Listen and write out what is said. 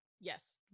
yes